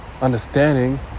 Understanding